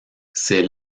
c’est